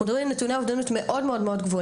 אנחנו מדברים על נתוני אובדנות מאוד גבוהים,